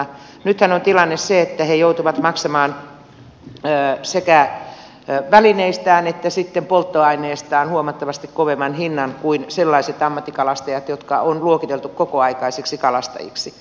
nythän on tilanne se että he joutuvat maksamaan sekä välineistään että sitten polttoaineestaan huomattavasti kovemman hinnan kuin sellaiset ammattikalastajat jotka on luokiteltu kokoaikaisiksi kalastajiksi